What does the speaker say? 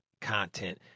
content